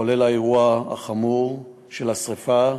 כולל האירוע החמור של השרפה,